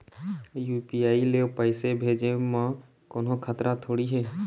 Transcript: UPI ले पैसे भेजे म कोन्हो खतरा थोड़ी हे?